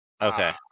Okay